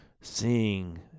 seeing